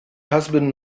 husband